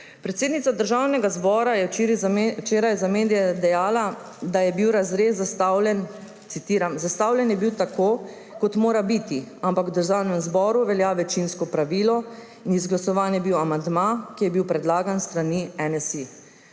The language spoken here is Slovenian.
Predsednica Državnega zbora je včeraj za medije dejala, da je bil razrez zastavljen, citiram: »Zastavljen je bil tako, kot mora biti, ampak v Državnem zboru velja večinsko pravilo in izglasovan je bil amandma, ki je bil predlagan s strani NSi.«